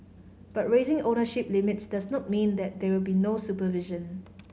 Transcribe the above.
but raising ownership limits does not mean that there will be no supervision